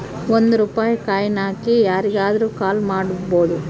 ಒಂದ್ ರೂಪಾಯಿ ಕಾಯಿನ್ ಹಾಕಿ ಯಾರಿಗಾದ್ರೂ ಕಾಲ್ ಮಾಡ್ಬೋದು